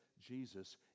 Jesus